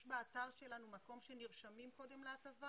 יש באתר שלנו מקום שבו נרשמים קודם להטבה.